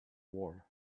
war